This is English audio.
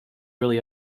really